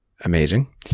amazing